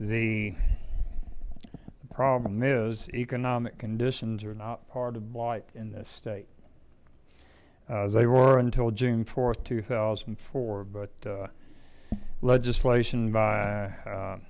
the problem is economic conditions are not part of life in this state they were until june th two thousand and four but legislation by